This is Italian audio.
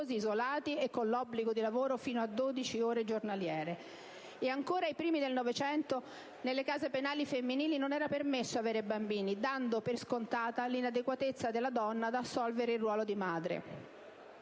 isolati, e con l'obbligo di lavoro fino a 12 ore giornaliere. E ancora ai primi del Novecento nelle case penali femminili non era permesso avere bambini, dando per scontata l'inadeguatezza della donna ad assolvere il ruolo di madre.